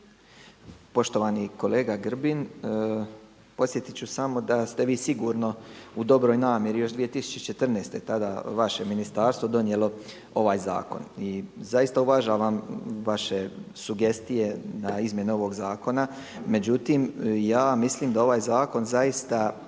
Poštovani kolega Grbin, podsjetiti ću samo da ste vi sigurno u dobroj namjeri još 2014., tada vaše ministarstvo donijelo ovaj zakon. I zaista uvažavam vaše sugestije na izmjene ovog zakona. Međutim, ja mislim da ovaj zakon zaista